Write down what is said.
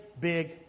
big